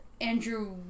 Andrew